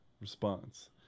response